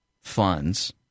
funds